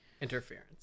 Interference